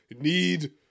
need